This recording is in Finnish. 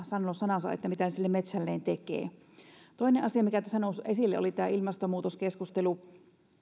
sanoa sanansa siitä mitä sille metsälleen tekee toinen asia mikä tässä on noussut esille oli tämä ilmastonmuutoskeskustelu